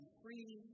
free